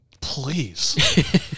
please